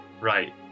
right